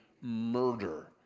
murder